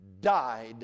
died